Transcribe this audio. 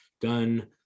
done